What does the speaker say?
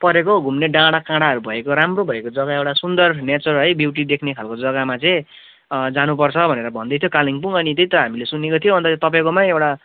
परेको घुम्ने डाँडाकाँडाहरू भएको राम्रो भएको जगा एउटा सुन्दर नेचर है ब्युटी देख्ने खालको जग्गामा चाहिँ जानुपर्छ भनेर भन्दैथ्यो कालिम्पोङ अनि त्यही त हामीले सुनेको थियौँ अन्त तपाईँकोमै एउटा